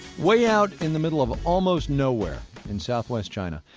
way out in the middle of almost nowhere in southwest china,